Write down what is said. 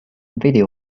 video